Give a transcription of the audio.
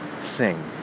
sing